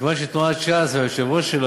מכיוון שתנועת ש"ס והיושב-ראש שלה,